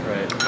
Right